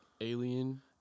alien